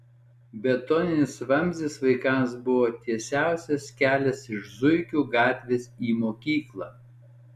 betoninis vamzdis vaikams buvo tiesiausias kelias iš zuikių gatvės į mokyklą